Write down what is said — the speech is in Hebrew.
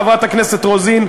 חברת הכנסת רוזין,